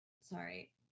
sorry